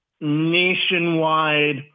nationwide